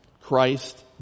Christ